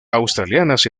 australianas